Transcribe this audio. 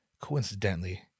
Coincidentally